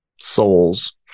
souls